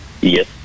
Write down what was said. Yes